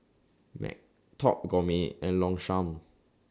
Mac Top Gourmet and Longchamp